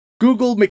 Google